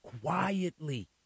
quietly